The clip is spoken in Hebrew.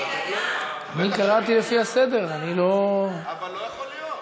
אני קראתי לפי הסדר, אני לא, אבל לא יכול להיות.